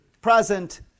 present